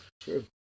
True